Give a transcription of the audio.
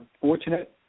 fortunate